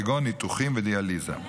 כגון ניתוחים ודיאליזה.